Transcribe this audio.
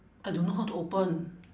I don't know how to open